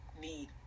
need